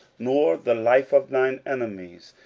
nor the life of thine enemies,